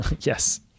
Yes